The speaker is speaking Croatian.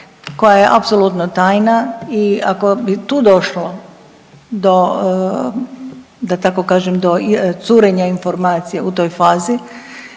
koja je apsolutno tajna i ako bi tu došlo do da tako kažem curenja informacija u toj fazi,